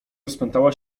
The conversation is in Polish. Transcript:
rozpętała